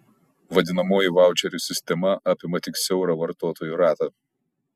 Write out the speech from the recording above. vadinamoji vaučerių sistema apima tik siaurą vartotojų ratą